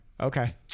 Okay